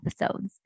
episodes